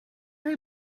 est